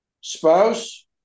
spouse